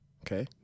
Okay